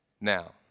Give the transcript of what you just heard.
Now